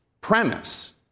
premise